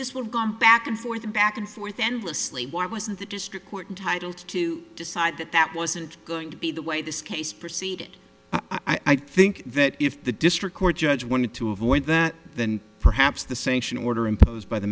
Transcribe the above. was going back and forth back and forth endlessly why wasn't the district court entitle to decide that that wasn't going to be the way this case proceed i think that if the district court judge wanted to avoid that than perhaps the sanction order imposed by the